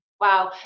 Wow